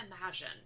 imagine